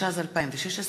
התשע"ז 2016,